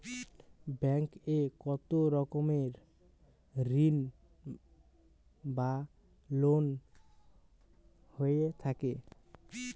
Bank এ কত রকমের ঋণ বা লোন হয়ে থাকে?